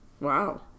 Wow